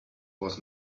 was